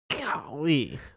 Golly